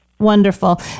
Wonderful